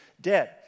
dead